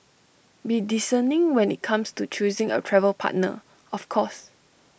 be discerning when IT comes to choosing A travel partner of course